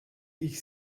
ich